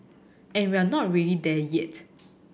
and we're not really there yet